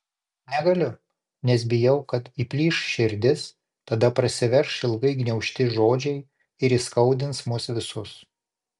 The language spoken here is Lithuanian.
negaliu nes bijau kad įplyš širdis tada prasiverš ilgai gniaužti žodžiai ir įskaudins mus visus